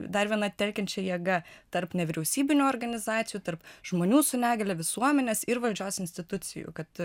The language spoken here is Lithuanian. dar viena telkiančia jėga tarp nevyriausybinių organizacijų tarp žmonių su negalia visuomenės ir valdžios institucijų kad